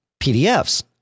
PDFs